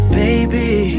baby